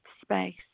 space